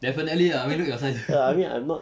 definitely ah I mean look at your size